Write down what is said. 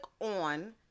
on